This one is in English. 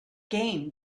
game